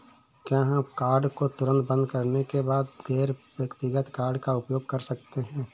क्या हम कार्ड को तुरंत बंद करने के बाद गैर व्यक्तिगत कार्ड का उपयोग कर सकते हैं?